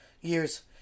years